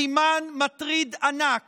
סימן מטריד ענק